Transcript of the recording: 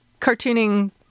cartooning